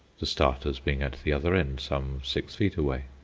the starters being at the other end, some six feet away.